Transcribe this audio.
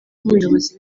nk’umuyobozi